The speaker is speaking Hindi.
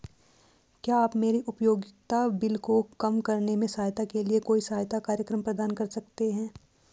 क्या आप मेरे उपयोगिता बिल को कम करने में सहायता के लिए कोई सहायता कार्यक्रम प्रदान करते हैं?